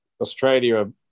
Australia